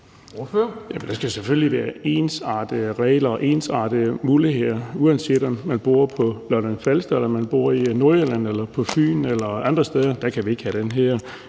Der skal selvfølgelig være ensartede regler og ensartede muligheder, uanset om man bor på Lolland-Falster, i Nordjylland, på Fyn eller andre steder. Der kan vi ikke have den her